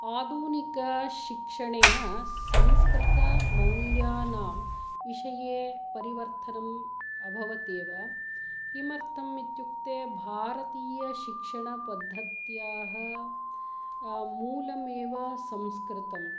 आधुनिकशिक्षणेन संस्कृतमौल्यानां विषये परिवर्तनम् अभवत् एव किमर्थम् इत्युक्ते भारतीयशिक्षणपद्धत्याः मूलमेव संस्कृतं